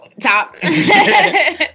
top